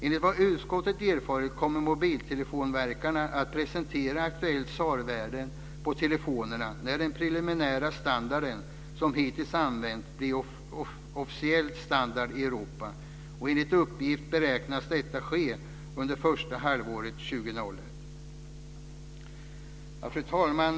Enligt vad utskottet erfarit kommer mobiltelefontillverkarna att presentera aktuella SAR-värden på telefonerna när den preliminära standarden, som hittills använts, blir en officiell standard i Europa. Enligt uppgift beräknas detta ske under första halvåret 2001. Fru talman!